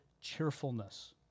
cheerfulness